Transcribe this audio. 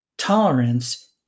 Tolerance